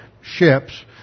ships